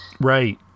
Right